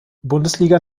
bundesliga